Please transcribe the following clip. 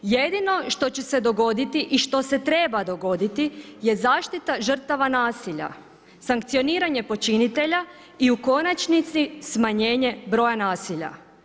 Jedino što će se dogoditi i što se treba dogoditi je zaštita žrtava nasilja, sankcioniranje počinitelja i u konačnici smanjenje broja nasilja.